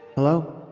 hello?